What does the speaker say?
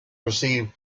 received